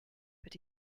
but